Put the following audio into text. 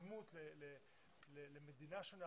והתאקלמות למדינה שונה,